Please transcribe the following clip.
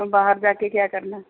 ਬਾਹਰ ਜਾ ਕੇ ਕਿਆ ਕਰਨਾ